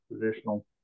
traditional